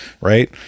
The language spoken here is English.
right